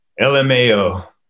LMAO